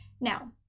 Now